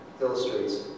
illustrates